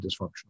dysfunctional